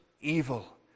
evil